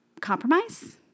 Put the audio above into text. compromise